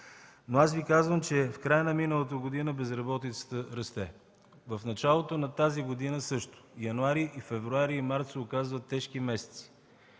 Но аз Ви казвам, че в края на миналата година безработицата расте. В началото на тази година – също. Януари, февруари и март се оказват тежки месеци.